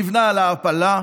נבנה על ההעפלה,